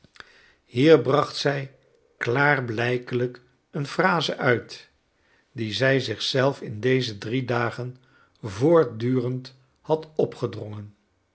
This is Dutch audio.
hier bracht zij klaarblijkelijk een phrase uit die zij zich zelf in deze drie dagen voortdurend had opgedrongen